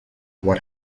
what